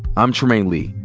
i'm trymaine lee.